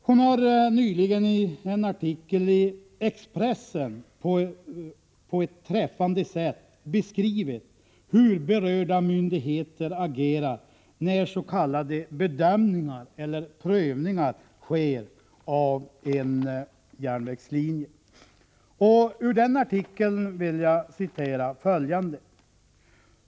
Hon har i en artikel i Expressen på ett träffande sätt beskrivit hur berörda myndigheter agerar när s.k. bedömningar eller prövningar sker av en järnvägslinje. Ur den artikeln vill jag citera följande.